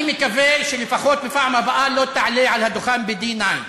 זה המקום שלך, שם מתאים לך לחיות.